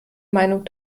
meinung